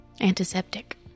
Antiseptic